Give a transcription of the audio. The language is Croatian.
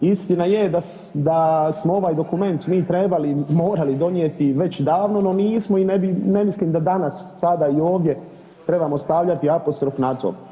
Istina je da smo ovaj dokument mi trebali, morali donijeti već davno no nismo i ne mislim da danas, sada i ovdje trebamo stavljati apostrof na to.